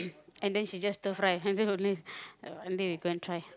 and then she just stir-fry and then only uh until we go and try